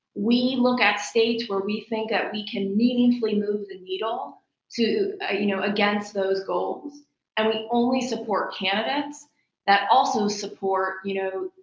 we look at states where we think that we can meaningfully move the needle to ah you know against those goals and we only support candidates that also support you know